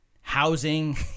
housing